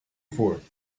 forth